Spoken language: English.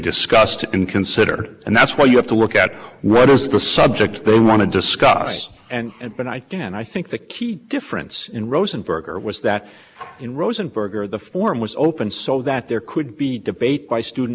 discussed in consider and that's why you have to look at what is the subject they want to discuss and and but i think and i think the key difference in rosenberger was that in rosenberger the forum was open so that there could be debate by student